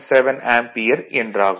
7 ampere என்றாகும்